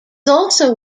also